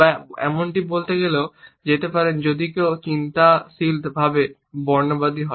বা এমনকি বলতে গেলেও যেতে পারেন যদি কেউ চিন্তাশীলভাবে রেসিস্ট হয়